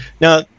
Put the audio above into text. Now